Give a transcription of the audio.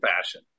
fashion